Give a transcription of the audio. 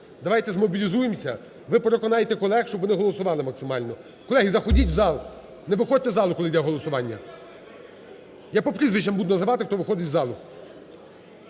Давайте змобілізуємося, ви переконаєте колег, щоб вони голосували максимально. Колеги, заходіть в зал, не виходьте з залу, коли йде голосування. Я по прізвищам буду називати, хто виходить із залу.